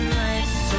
nights